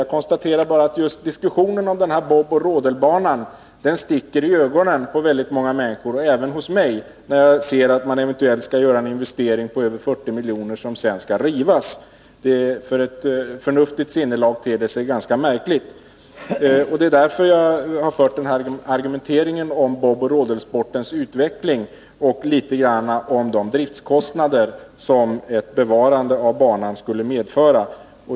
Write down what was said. Jag konstaterar bara att just diskussionen om den här boboch rodelbanan sticker i ögonen på väldigt många människor och även på mig, när jag ser att man skall göra en investering på 40 milj.kr. och att anläggningen sedan skall rivas. För ett förnuftigt sinnelag ter det sig ganska märkligt. Det är därför jag fört denna argumentering om boboch rodelsportens utveckling och talat något om de driftkostnader som ett bevarande av banan skulle medföra.